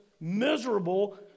miserable